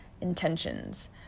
intentions